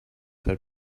had